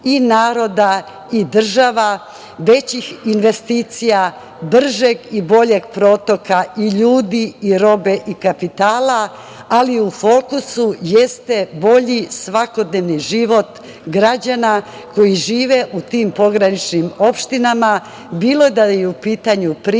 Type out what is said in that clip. i naroda i država, većih investicija, bržeg i boljeg protoka i ljudi i robe i kapitala, ali u fokusu jeste bolji svakodnevni život građana koji žive u tim pograničnim opštinama, bilo da je u pitanju Priboj,